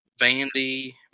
vandy